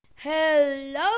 hello